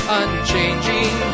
unchanging